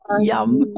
Yum